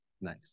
Nice